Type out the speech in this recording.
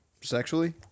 Sexually